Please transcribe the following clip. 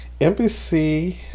NBC